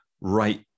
right